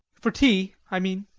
for tea, i mean?